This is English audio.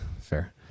fair